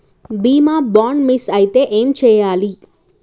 బీమా bond miss అయితే ఏం చేయాలి?